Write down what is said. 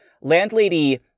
Landlady